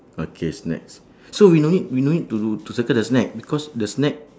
okay snacks so we no need we no need to to circle the snack because the snack